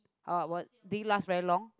oh but did it last very long